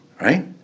right